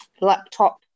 laptop